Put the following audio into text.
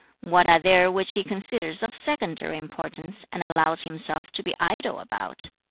what are there which he considers of secondary importance, and allows himself to be idle about?